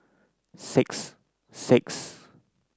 six six